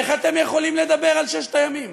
איך אתם יכולים לדבר על ששת הימים?